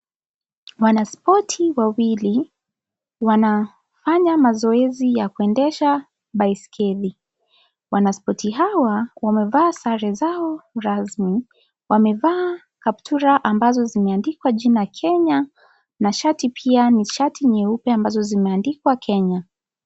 Wanaspoti wawili wanafanya mazoezi ya kuendesha baiskeli. Wanaspoti hawa wamevaa sare zao rasmi. Wamevaa kaptula ambazo zimeandikwa jina 'Kenya' na shati pia ni shati nyeupe ambazo zimeandikwa 'Kenya'.